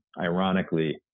ironically